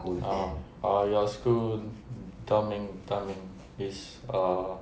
orh orh your school 德明德明 is err